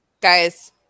guys